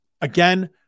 Again